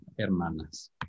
hermanas